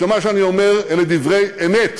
שמה שאני אומר, אלה דברי אמת.